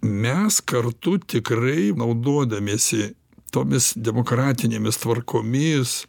mes kartu tikrai naudodamiesi tomis demokratinėmis tvarkomis